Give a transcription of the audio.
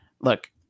look